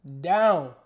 down